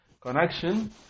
Connection